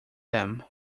them